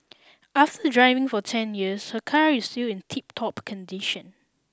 after driving for ten years her car is still in tiptop condition